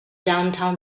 downtown